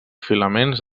filaments